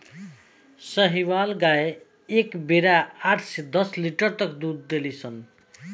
साहीवाल गाय एक बेरा आठ दस लीटर तक ले दूध देली सन